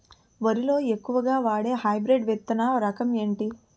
వరి లో ఎక్కువుగా వాడే హైబ్రిడ్ విత్తన రకం ఏంటి?